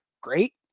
great